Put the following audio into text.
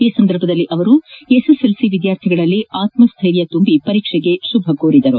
ಈ ಸಂದರ್ಭದಲ್ಲಿ ಅವರು ಎಸ್ಎಸ್ಎಲ್ಸಿ ವಿದ್ಯಾರ್ಥಿಗಳಲ್ಲಿ ಆತಸ್ಟೈರ್ಯ ತುಂಬಿ ಪರೀಕ್ಷೆಗೆ ಶುಭಾ ಹಾರೈಸಿದರು